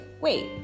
wait